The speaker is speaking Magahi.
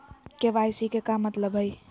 के.वाई.सी के का मतलब हई?